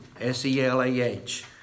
S-E-L-A-H